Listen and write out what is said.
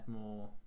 more